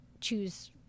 choose